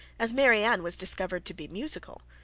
as marianne was discovered to be musical,